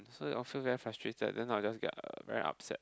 so often very frustrated then I will just get uh very upset